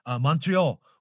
montreal